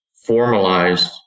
formalized